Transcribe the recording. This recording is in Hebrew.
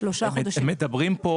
הם מדברים פה